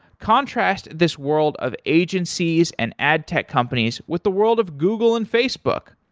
contrast this world of agencies and ad tech companies with the world of google and facebook.